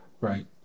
right